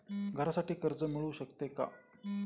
घरासाठी कर्ज मिळू शकते का?